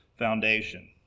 foundation